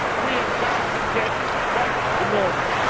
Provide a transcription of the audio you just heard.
we have got to get back to normal!